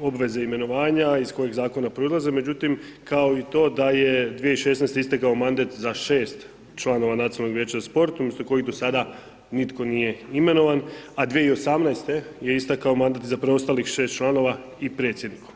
obaveze i imenovanja i iz kojeg zakona proizlaze, međutim, kao i to da je 2016. istekao mandat za 6 članova Nacionalnog vijeća za sport, umjesto kojih do sada nitko nije imenovan, a 2018. je istekao mandat za preostalih 6 članova i predsjedniku.